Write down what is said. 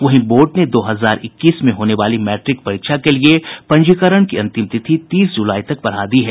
वहीं बोर्ड ने दो हजार इक्कीस में होने वाली मैट्रिक परीक्षा के लिये पंजीकरण की अंतिम तिथि तीस जुलाई तक बढ़ा दी है